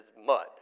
mud